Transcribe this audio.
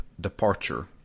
Departure